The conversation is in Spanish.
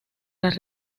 las